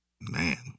Man